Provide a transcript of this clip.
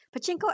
pachinko